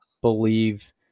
believe